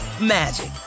magic